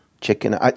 chicken